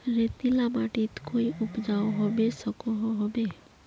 रेतीला माटित कोई उपजाऊ होबे सकोहो होबे?